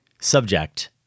subject